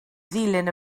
ddilyn